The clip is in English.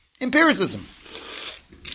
Empiricism